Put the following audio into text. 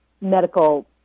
medical